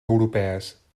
europees